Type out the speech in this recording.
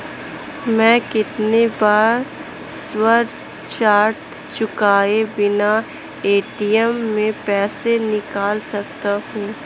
मैं कितनी बार सर्विस चार्ज चुकाए बिना ए.टी.एम से पैसे निकाल सकता हूं?